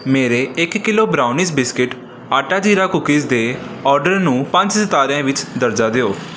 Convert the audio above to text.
ਮੇਰੇ ਇੱਕ kilo brownies biscuit ਆਟਾ ਜੀਰਾ ਕੂਕੀਜ਼ ਦੇ ਓਡਰ ਨੂੰ ਪੰਜ ਸਿਤਾਰਿਆਂ ਵਿੱਚ ਦਰਜਾ ਦਿਓ